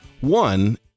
One